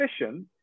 efficient